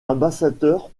ambassadeur